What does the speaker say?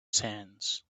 sands